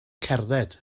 cerdded